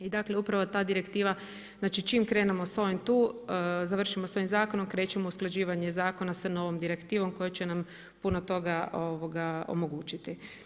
I dakle, upravo ta direktiva, znači čim krenuo s ovim tu, završimo s ovim zakonom, krećemo u usklađivanje zakona sa novom direktivom koja će nam puno toga omogućiti.